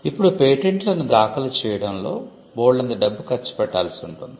ఇప్పుడు పేటెంట్లను దాఖలు చేయడంలో బోల్డంత డబ్బు ఖర్చు పెట్టాల్సి ఉంటుంది